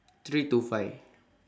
three to five